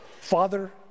Father